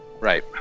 Right